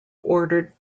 ordered